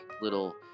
little